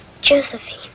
Josephine